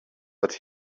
but